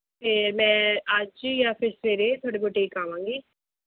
ਫਿਰ ਮੈਂ ਅੱਜ ਹੀ ਜਾਂ ਫਿਰ ਸਵੇਰੇ ਤੁਹਾਡੇ ਬੂਟੀਕ ਆਵਾਂਗੀ